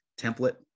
template